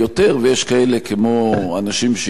כמו האנשים שהתיישבו בגוש-קטיף,